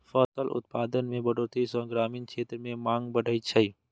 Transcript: फसल उत्पादन मे बढ़ोतरी सं ग्रामीण क्षेत्र मे मांग बढ़ै छै